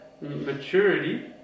maturity